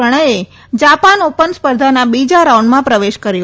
પ્રણયે Japan open સ્પર્ધાના બીજા રાઉન્ડમાં પ્રવેશ કર્યો